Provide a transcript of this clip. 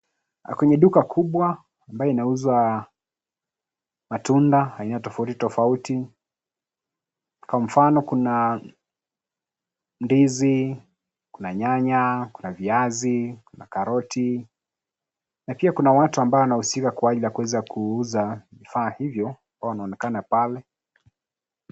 Kwenye duka kubwa ambayo inauza matunda aina tofauti tofauti. Kwa mfano kuna ndizi, kuna nyanya, kuna viazi na karoti na pia kuna watu ambao wanahusika kwa ajili ya kuweza kuuza vifaa hivyo ambao wanaonekana pale.